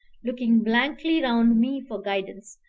looking blankly round me for guidance,